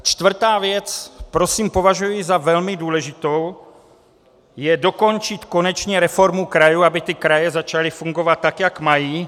A čtvrtá věc, kterou považuji za velmi důležitou, je dokončit konečně reformu krajů, aby kraje začaly fungovat tak, jak mají.